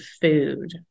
food